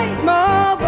small